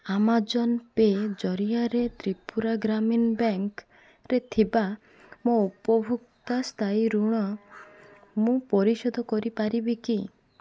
Amazon pay ଜରିଆରେ ତ୍ରିପୁରା ଗ୍ରାମୀଣ ବ୍ୟାଙ୍କ୍ରେ ଥିବା ମୋ ଉପଭୋକ୍ତା ସ୍ଥାୟୀ ଋଣ ମୁଁ ପରିଶୋଧ କରିପାରିବି କି